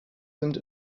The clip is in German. sind